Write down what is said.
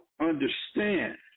understand